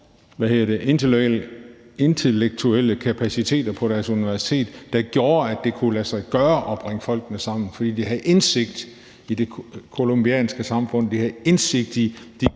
og med Norges intellektuelle kapaciteter på deres universitet, der gjorde, at det kunne lade sig gøre at bringe folk sammen, fordi man havde indsigt i det colombianske samfund, man havde indsigt i